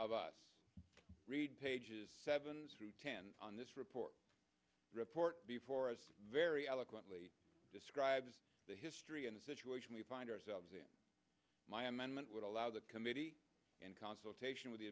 of us read pages seven through ten on this report report before us very eloquently describes the history and situation we find ourselves in my management would allow the committee in consultation with the